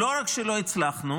לא רק שלא הצלחנו,